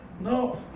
No